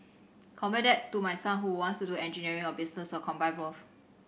compare that to my son who wants to do engineering or business or combine both